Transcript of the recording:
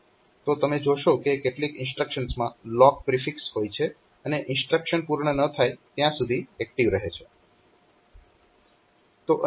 તો તમે જોશો કે કેટલીક ઇન્સ્ટ્રક્શન્સમાં લોક પ્રિફિક્સ હોય છે અને ઇન્સ્ટ્રક્શન પૂર્ણ ન થાય ત્યાં સુધી એક્ટીવ રહે છે